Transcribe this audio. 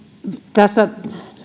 tässä